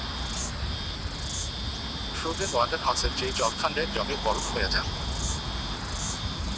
frozen water হসে যেই জল ঠান্ডায় জমে বরফ হইয়া জাং